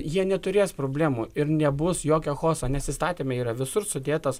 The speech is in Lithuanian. jie neturės problemų ir nebus jokio chaoso nes įstatyme yra visur sudėtos